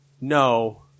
no